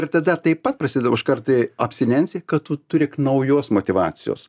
ir tada taip pat prasideda vaškartai abstinencija kad tu turėk naujos motyvacijos